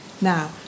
now